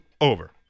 Over